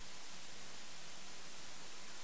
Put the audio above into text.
טוב שאלכס מילר,